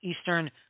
Eastern